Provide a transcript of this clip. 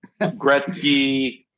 Gretzky